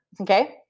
okay